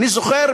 אני זוכר,